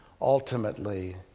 ultimately